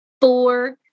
Four